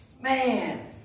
Man